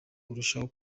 urushaho